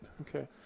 Okay